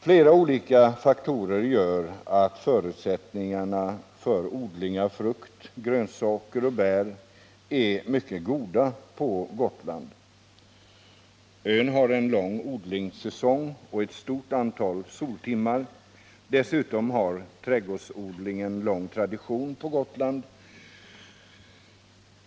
Flera olika faktorer gör att förutsättningarna för odling av frukt, grönsaker och bär är mycket goda på Gotland. Ön har en lång odlingssäsong och ett stort antal soltimmar. Dessutom har trädgårdsodlingen lång tradition på Gotland.